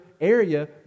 area